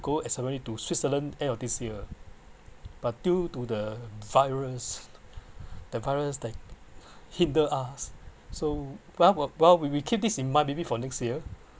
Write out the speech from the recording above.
go to switzerland end of this year but due to the virus the virus like hit the us so well well we we keep this in mind maybe for next year